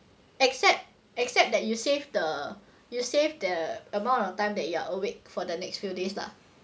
except except that you save the you save the amount of time that you are awake for the next few days lah